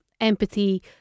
empathy